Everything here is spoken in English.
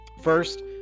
First